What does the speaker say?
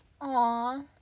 Aw